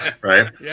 right